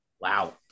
Wow